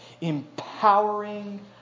empowering